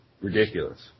ridiculous